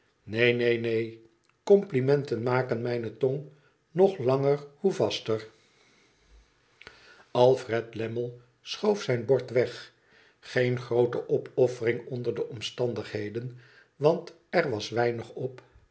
neen neen neen complimenten maken mijne tong hoe langer zoo vaster alfred lammie schoof zijn bord weg geen groote opoffering onder de omstandigheden want er was weinig op